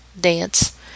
dance